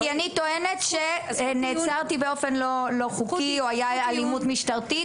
כי אני טוענת שנעצרתי באופן לא חוקי או שהיתה אלימות משטרתית.